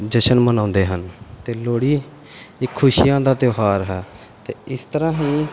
ਜਸ਼ਨ ਮਨਾਉਂਦੇ ਹਨ ਅਤੇ ਲੋਹੜੀ ਇੱਕ ਖੁਸ਼ੀਆਂ ਦਾ ਤਿਉਹਾਰ ਹੈ ਅਤੇ ਇਸ ਤਰ੍ਹਾਂ ਹੀ